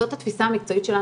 זאת התפיסה המקצועית שלנו,